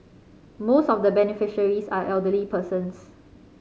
most of the beneficiaries are elderly persons